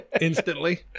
instantly